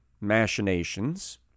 machinations